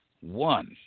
One